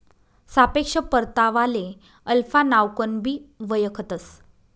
सापेक्ष परतावाले अल्फा नावकनबी वयखतंस